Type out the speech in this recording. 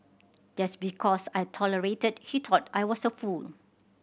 just because I tolerated he thought I was a fool